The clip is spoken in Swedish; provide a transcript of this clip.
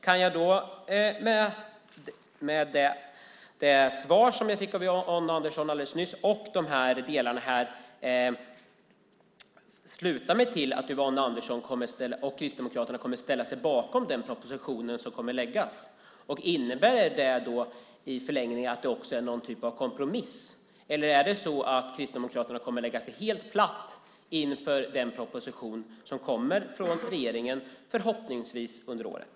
Kan jag med det svar jag fick av Yvonne Andersson alldeles nyss och delarna här sluta mig till att Yvonne Andersson och Kristdemokraterna kommer att ställa sig bakom den proposition som kommer att läggas fram? Innebär det då i förlängningen också någon typ av kompromiss, eller kommer Kristdemokraterna att lägga sig helt platt inför den proposition som förhoppningsvis kommer från regeringen under året?